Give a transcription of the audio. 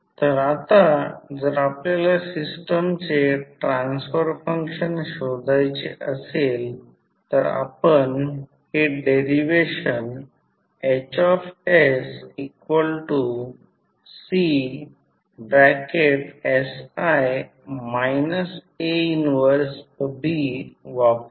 तर आता जर आपल्याला सिस्टमचे ट्रान्सफर फंक्शन शोधायचे असेल तर आपण हे डेरिवेशन HsCsI A 1B वापरू